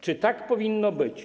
Czy tak powinno być?